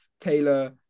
Taylor